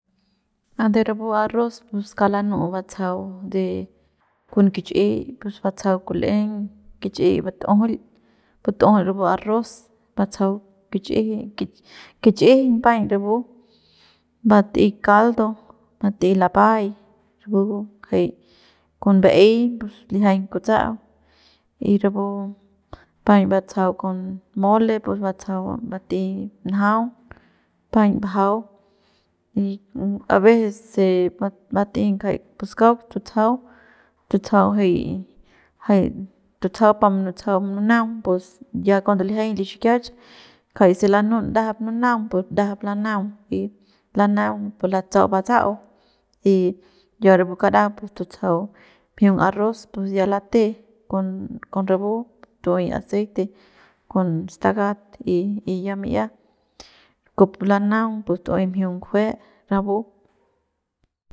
A de rapu arroz pus kauk lanu'u batsajau de con kich'iy batsajau kul'eng kich'iy batjul butujul rapu arroz batsajau kich'ijiñ kich'ijiñ paiñ rapu bat'ey caldo bat'ey lapay rapu ngajai con ba'ey pus lijiañ kutsa'au y rapu paiñ batsajau con mole pus batsajau bat'ey njaung paiñ bajau y a veces se bat'ey ngajaik pus kauk tutsajau tutsajau jay pa munutsajau mununaung pus ya cuando lijiañ li xikiach jay se lanun ndajap mununaung pus ndajap lanaung y lanaung pu latsau batsa'au y ya rapu kara pus tutsajau mjiung arroz pus ya lete con con rapu tu'uey aceite con stakat y y ya mi'ia kujupu lanaung pus tu'uey mjiun ngujue rapu.